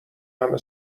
همه